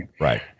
right